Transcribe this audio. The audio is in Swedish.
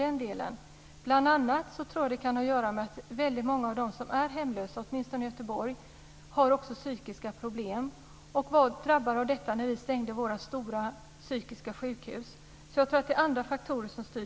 Det kan bl.a. ha att göra med att många av dem som är hemlösa - åtminstone i Göteborg - också har psykiska problem, och drabbades när vi stängde våra stora psykiska sjukhus. Jag tror att det är andra faktorer som styr.